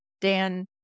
Dan